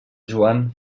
joan